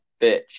bitch